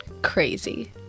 crazy